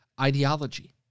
ideology